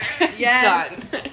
Yes